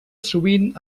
sovint